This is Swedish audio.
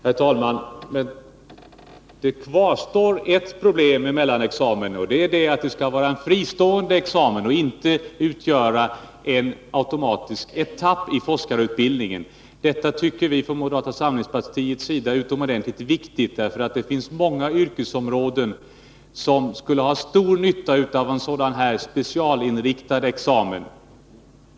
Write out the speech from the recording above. Herr talman! Det kvarstår ett problem med mellanexamen, nämligen att det skall vara en fristående examen och inte utgöra en etapp som automatiskt ingår i forskningsutbildningen. Detta tycker vi från moderata samlingspartiet är utomordentligt viktigt, Nr 161 eftersom det finns många yrkesområden som skulle ha stor nytta av en dylik ÖRE rd Onsdagen den specialinriktad examen.